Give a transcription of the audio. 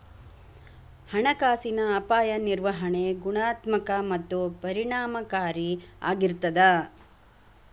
ಹಣಕಾಸಿನ ಅಪಾಯ ನಿರ್ವಹಣೆ ಗುಣಾತ್ಮಕ ಮತ್ತ ಪರಿಣಾಮಕಾರಿ ಆಗಿರ್ತದ